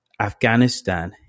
Afghanistan